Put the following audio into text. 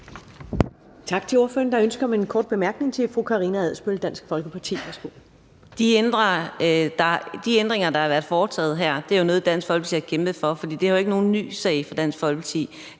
Tak til ordføreren. Der er ønske om en kort bemærkning fra fru Karina Adsbøl, Dansk Folkeparti. Værsgo. Kl. 12:06 Karina Adsbøl (DF): De ændringer, der har været foretaget her, er jo nogle, Dansk Folkeparti har kæmpet for, for det er ikke nogen ny sag for Dansk Folkeparti.